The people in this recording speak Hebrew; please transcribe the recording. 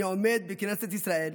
אני עומד בכנסת ישראל,